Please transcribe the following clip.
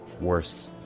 Worse